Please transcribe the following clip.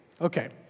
okay